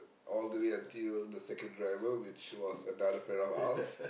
all the way until the second driver which was another friend of ours